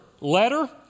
letter